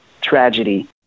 tragedy